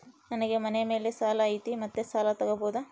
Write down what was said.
ನನಗೆ ಮನೆ ಮೇಲೆ ಸಾಲ ಐತಿ ಮತ್ತೆ ಸಾಲ ತಗಬೋದ?